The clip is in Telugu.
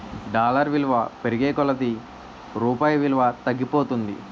డాలర్ విలువ పెరిగే కొలది రూపాయి విలువ తగ్గిపోతుంది